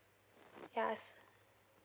yes